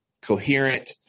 coherent